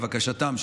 לבקשתם,